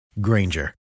Granger